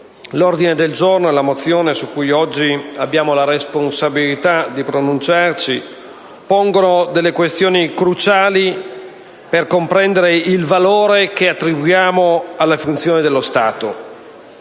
l'ordine del giorno e le mozioni su cui oggi abbiamo la responsabilità di pronunciarci pongono questioni cruciali per comprendere il valore che attribuiamo alla funzione dello Stato.